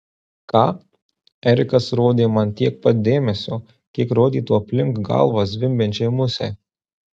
ką erikas rodė man tiek pat dėmesio kiek rodytų aplink galvą zvimbiančiai musei